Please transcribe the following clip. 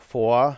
Four